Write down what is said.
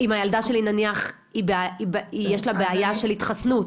אם הילדה שלי נניח יש לה בעיה של התחסנות